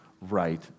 right